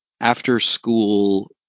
after-school